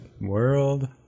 World